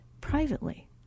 privately